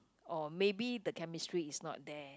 or maybe the chemistry is not there